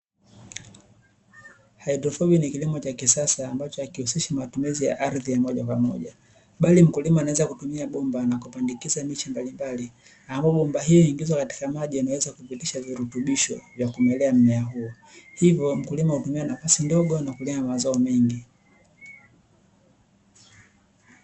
Haidroponiki ni kilimo cha kisasa ambacho hakiusishi matumizi ya ardhi moja kwa moja , bali mkulima anaweza kutumia bomba na kupandikiza miche mbalimbali ambapo bomba hii huingiza maji yenye virutubisho kwa ajili ya mmea huo, hivyo mkulima hutumia nafasi ndogo na kupata mazao mengi.